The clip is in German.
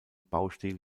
baustil